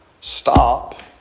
stop